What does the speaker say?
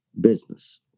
business